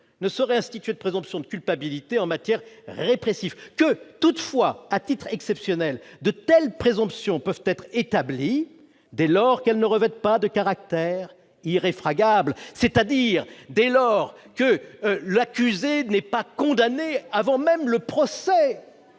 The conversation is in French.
ne saurait instituer de présomption de culpabilité en matière répressive ; que, toutefois, à titre exceptionnel, de telles présomptions peuvent être établies, [...], dès lors qu'elles ne revêtent pas de caractère irréfragable », c'est-à-dire dès lors que l'accusé n'est pas condamné avant même le procès